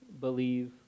believe